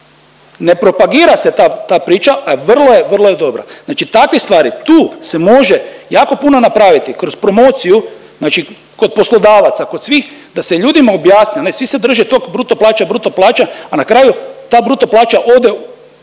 Ne propagira se ta priča, a vrlo je, vrlo je dobra. Znači takve stvari, tu se može jako puno napraviti kroz promociju znači kod poslodavaca kod svih da se ljudima objasni, a ne svi se drže tog bruto plaća, bruto plaća a na kraju ta bruto plaća ode